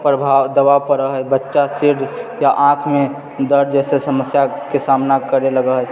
प्रभाव प्रभाव पड़ैत हइ बच्चा से आँखिमे दर्द जैसे समस्याके सामना करय लगैत हइ